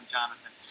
Jonathan